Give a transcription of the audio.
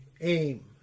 aim